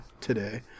today